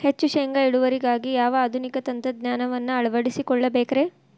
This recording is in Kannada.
ಹೆಚ್ಚು ಶೇಂಗಾ ಇಳುವರಿಗಾಗಿ ಯಾವ ಆಧುನಿಕ ತಂತ್ರಜ್ಞಾನವನ್ನ ಅಳವಡಿಸಿಕೊಳ್ಳಬೇಕರೇ?